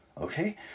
Okay